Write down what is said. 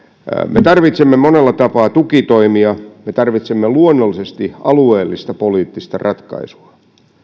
me tarvitsemme monella tapaa tukitoimia me tarvitsemme luonnollisesti alueellista poliittista ratkaisua